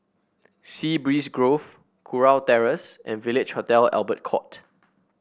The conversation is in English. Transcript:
Sea Breeze Grove Kurau Terrace and Village Hotel Albert Court